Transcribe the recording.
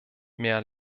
mehr